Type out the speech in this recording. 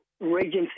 regency